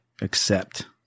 accept